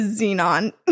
Xenon